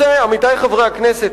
עמיתי חברי הכנסת,